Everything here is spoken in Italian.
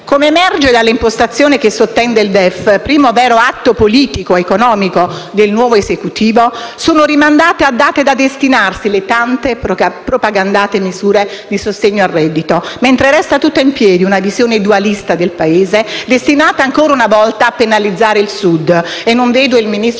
Come emerge dall'impostazione che sottende il DEF, primo vero atto politico economico del nuovo Esecutivo, sono rimandate a data da destinarsi le tante propagandate misure di sostegno al reddito mentre resta tutta in piedi una visione dualista del Paese destinata, ancora una volta, a penalizzare il Sud. Non vedo il Ministro